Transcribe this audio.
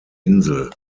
insel